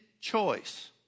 choice